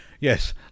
yes